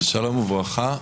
שלום וברכה.